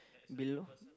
below